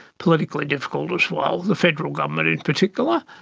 politically difficult as well, the federal government in particular.